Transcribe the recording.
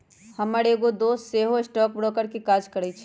हमर एगो दोस सेहो स्टॉक ब्रोकर के काज करइ छइ